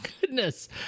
goodness